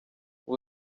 ubu